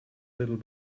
little